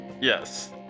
Yes